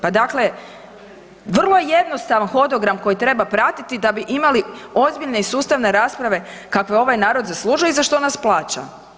Pa dakle vrlo je jednostavan hodogram koji treba pratiti da bi imali ozbiljne i sustavne rasprave kakve ovaj narod zaslužuje i za što nas plaća.